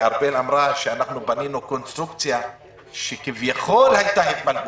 שארבל אמרה שבנינו קונסטרוקציה שכביכול הייתה התפלגות,